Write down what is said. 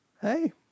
hey